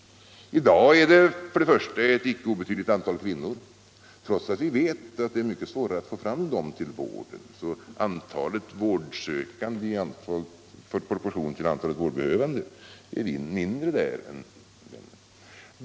I dag består de också av ett icke obetydligt antal kvinnor, trots att vi vet att det är mycket svårare att få fram dem till vården, varför antalet vårdsökande kvinnor i proportion till antalet vårdbehövande är mindre i den kategorin.